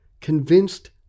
convinced